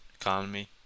economy